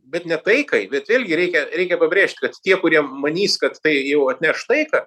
bet ne taikai bet vėlgi reikia reikia pabrėžti kad tie kurie manys kad tai jau atneš taiką